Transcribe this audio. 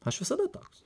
aš visada toks